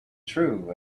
true